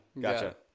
Gotcha